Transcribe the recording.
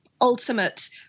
ultimate